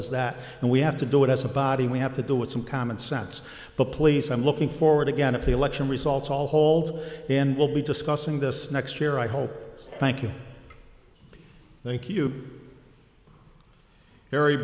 as that and we have to do it as a body we have to do it some common sense but please i'm looking forward again if the election results all hold and we'll be discussing this next year i hope thank you thank you very